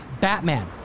Batman